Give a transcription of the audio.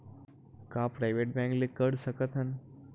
का private bank ले कर सकत हन?